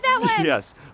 Yes